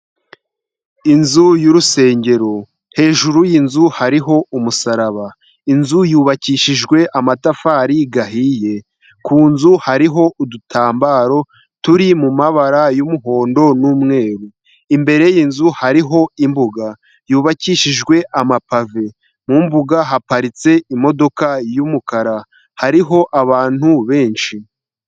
Inzu y'urusengero. Hejuru y'inzu hariho umusaraba. Inzu yubakishijwe amatafari ahiye. Ku nzu hariho udutambaro turi mu mumabara y'umuhondo n'umweru. Imbere y'inzu hariho imbuga yubakishijwe amapave. Mu mbuga haparitse imodoka y'umukara. Hariho abantu benshi.